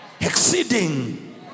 exceeding